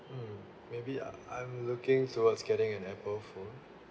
mm maybe I I'm looking towards getting an Apple phone